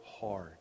hard